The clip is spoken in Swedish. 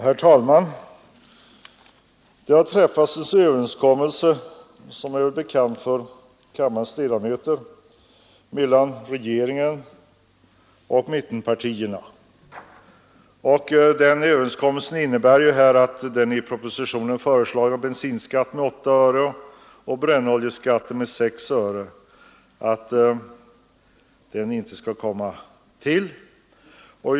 Herr talman! Som kammarens ledamöter känner till har det mellan regeringen och mittenpartierna träffats en överenskommelse om att de i propositionen 6 föreslagna skatteökningarna om 8 öre på bensin och 6 öre på brännolja inte skall genomföras.